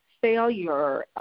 failure